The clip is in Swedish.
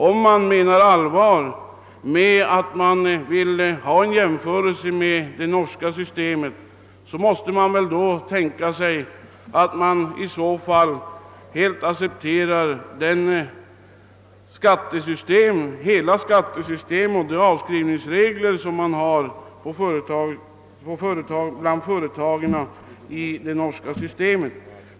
Om man på allvar vill göra en jämförelse med det norska systemet, måste man väl acceptera alla de regler och avskrivningsbestämmelser för företagen som ingår i det norska systemet.